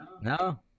no